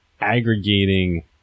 aggregating